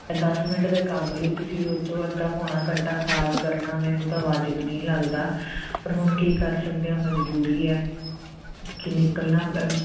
ਦਸ ਮਿੰਟ ਦੇ ਕੰਮ ਲਈ ਤੁਸੀਂ ਸੋਚੋ ਅੱਧਾ ਪੌਣਾ ਘੰਟਾ ਖ਼ਰਾਬ ਕਰਨਾ ਮੈਨੂੰ ਤਾਂ ਵਾਜਿਬ ਨਹੀਂ ਲੱਗਦਾ ਪਰ ਹੁਣ ਕੀ ਕਰ ਸਕਦੇ ਹਾਂ ਮਜ਼ਬੂਰੀ ਹੈ ਕੀ ਨਿਕਲਣਾ